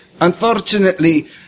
Unfortunately